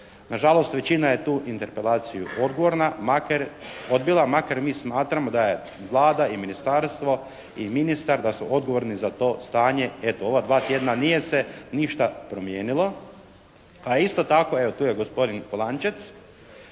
Nažalost, većina je tu interpelaciju odbila makar mi smatramo da je Vlada, ministarstvo i ministar da su odgovorni za to stanje. Eto, ova dva tjedna nije se ništa promijenilo a isto tako evo tu je gospodin Polančec.